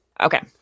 Okay